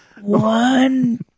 one